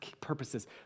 purposes